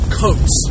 coats